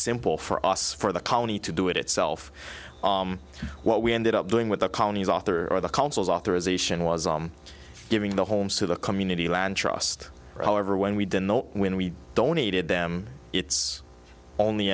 simple for us for the colony to do it itself what we ended up doing with the colonies author of the council's authorization was giving the homes to the community land trust however when we didn't know when we donated them it's only